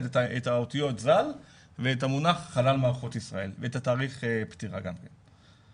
את האותיות "ז"ל" ואת המונח "חלל מערכות ישראל" ואת תאריך הפטירה גם כן.